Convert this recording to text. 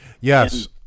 Yes